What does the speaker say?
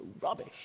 rubbish